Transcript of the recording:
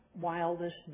wildest